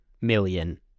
million